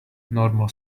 normal